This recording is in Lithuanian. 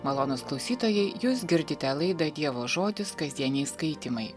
malonūs klausytojai jūs girdite laidą dievo žodis kasdieniai skaitymai